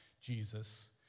Jesus